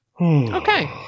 Okay